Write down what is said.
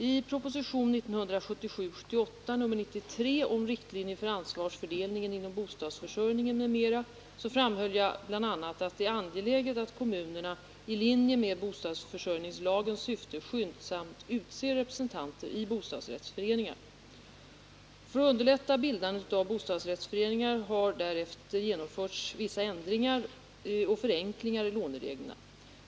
I propositionen 1977/78:93 om riktlinjer för ansvarsfördelningen inom bostadsförsörjningen m.m. framhöll jag bl.a. att det är angeläget att kommunerna i linje med bostadsförsörjningslagens syfte skyndsamt utser representanter i bostadsrättsföreningar. För att underlätta bildandet av bostadsrättsföreningar har därefter genomförts vissa ändringar och förenklingar i lånereglerna.